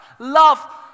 Love